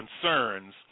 concerns